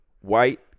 white